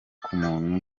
k’umuntu